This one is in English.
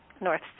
North